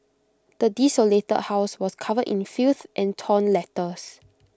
the desolated house was covered in filth and torn letters